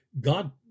God